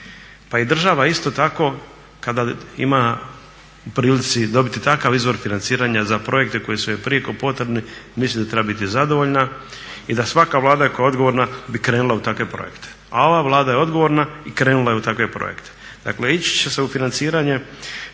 Pa i država isto tako kada ima u prilici dobiti takav izvor financiranja za projekte koji su joj prijeko potrebni, mislim da treba biti zadovoljna i da svaka Vlada koja je odgovorna bi krenula u takve projekte. A ova Vlada je odgovorna i krenula je u takve projekte. Dakle ići će se u financiranje